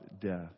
death